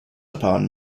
upon